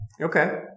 Okay